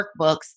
workbooks